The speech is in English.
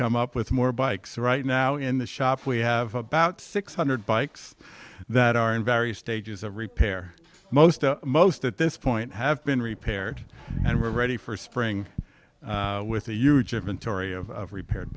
come up with more bikes right now in the shop we have about six hundred bikes that are in various stages of repair most most at this point have been repaired and ready for spring with a huge inventory of repaired